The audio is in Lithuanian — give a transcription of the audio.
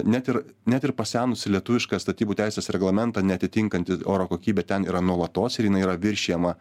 net ir net ir pasenusi lietuvišką statybų teisės reglamentą neatitinkanti oro kokybė ten yra nuolatos ir jinai yra viršijama